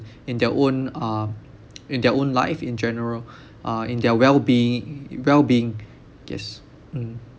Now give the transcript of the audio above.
in their own uh in their own life in general uh in their well being well being yes mm